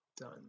done